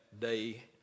day